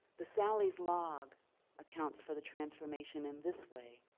the sally's log accounts for the transformation in this way.